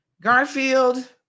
Garfield